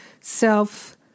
self